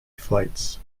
flights